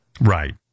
Right